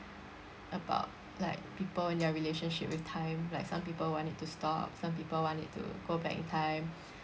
about like people and their relationship with time like some people want it to stop some people want it to go back in time